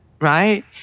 Right